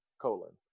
colon